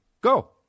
Go